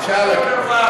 אפשר להגיד את זה.